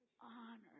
Honor